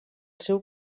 seu